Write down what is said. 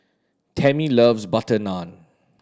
Tammy loves butter naan